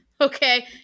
Okay